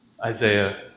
Isaiah